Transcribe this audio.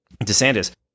DeSantis